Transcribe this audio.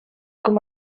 com